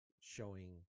showing